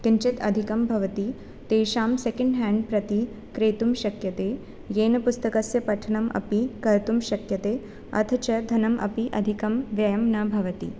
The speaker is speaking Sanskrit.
किञ्चित् अधिकं भवति तेषां सेकेण्ड् हेण्ड् प्रति क्रेतुं शक्यते येन पुस्तकस्य पठनमपि कर्तुं शक्यते अथ च धनमपि अधिकं व्ययं न भवति